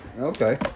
Okay